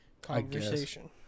conversation